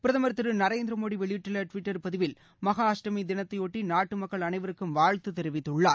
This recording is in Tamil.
பிரதம் திரு நரேந்திர மோடி வெளியிட்டுள்ள டுவிட்டர் பதிவில் மகா அஷ்டமி தினத்தையொட்டி நாட்டு மக்கள் அனைவருக்கம் வாழ்த்து தெரிவித்துள்ளார்